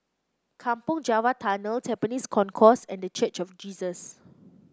Kampong Java Tunnel Tampines Concourse and The Church of Jesus